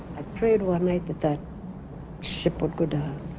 i prayed one night that that schiphol good